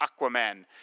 Aquaman